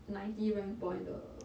ninety rank point 的